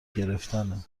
گرفتنه